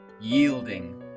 yielding